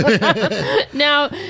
Now